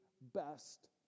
best